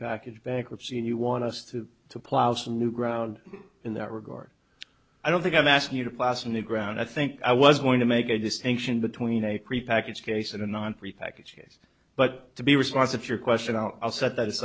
packaged bankruptcy and you want us to to plow some new ground in that regard i don't think i'm asking you to pass a new ground i think i was going to make a distinction between a prepackaged case and a non repackage yes but to be responsive to your question i'll set that